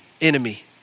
enemy